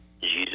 Jesus